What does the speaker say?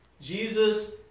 Jesus